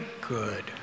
good